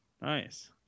Nice